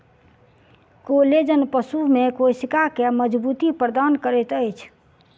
collagen पशु में कोशिका के मज़बूती प्रदान करैत अछि